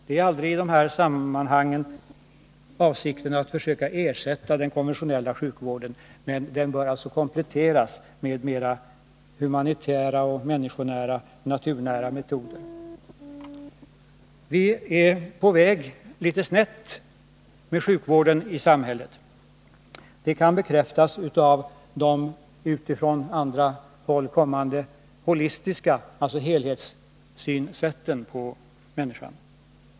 Avsikten är i dessa sammanhang aldrig att ersätta den konventionella sjukvården — men den bör kompletteras med mera humanitära, människonära och naturnära metoder. Vi är på väg att komma snett med sjukvården i samhället. Det bekräftas av de från andra länder kommande holistiska synsätten, dvs. helhetssynsätten, när det gäller människan.